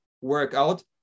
workout